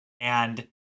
And-